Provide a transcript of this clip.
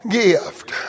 gift